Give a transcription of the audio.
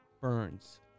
Burns